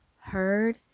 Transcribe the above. heard